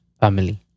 family